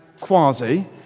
Quasi